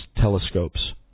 telescopes